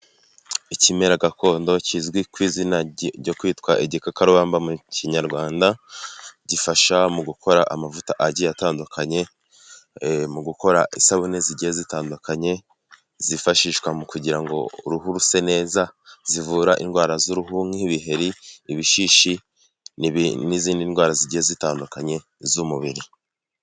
Ikimera gakondo kizwi ku izina ryo kwitwa igikakabamba mu Kinyarwanda, gifasha mu gukora amavuta agiye atandukanye, mu gukora isabune zigiye zitandukanye zifashishwa mu kugira ngo uruhu ruse neza, zivura indwara z'uruhu nk'ibiheri, ibishishi n'izindi ndwara zigiye zitandukanye z'umubiri.